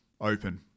open